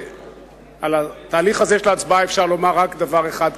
על התהליך הזה של ההצבעה אפשר לומר דבר אחד,